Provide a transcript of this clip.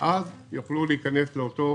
אז יוכלו להיכנס לאותו